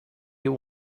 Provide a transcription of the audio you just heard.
you